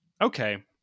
okay